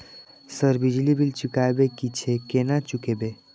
Sir बिजली bill चुकाबे की छे केना चुकेबे?